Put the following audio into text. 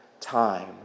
time